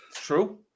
True